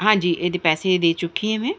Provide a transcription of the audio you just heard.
ਹਾਂਜੀ ਇਹਦੇ ਪੈਸੇ ਦੇ ਚੁੱਕੀ ਹ ਮੈਂ